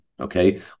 Okay